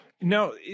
No